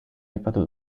aipatu